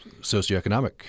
socioeconomic